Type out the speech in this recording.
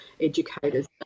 educators